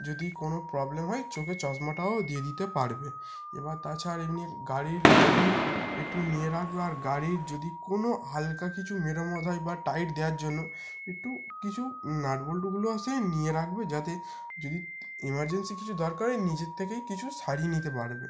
যদি কোনো প্রবলেম হয় চোখে চশমাটাও দিয়ে দিতে পারবে এবার তাছাড়া এমনি গাড়ির মোবিল একটু নিয়ে রাখবে আর গাড়ির যদি কোনো হালকা কিছু মেরামত হয় বা টাইট দেওয়ার জন্য একটু কিছু নাটবল্টুগুলোও সে নিয়ে রাখবে যাতে যদি ইমার্জেন্সি কিছু দরকার হয় নিজের থেকেই কিছু সারিয়ে নিতে পারবে